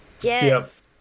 Yes